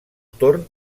torn